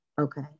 Okay